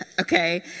Okay